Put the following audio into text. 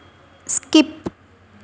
skip